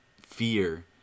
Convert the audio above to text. fear